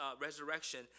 resurrection